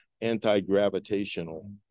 anti-gravitational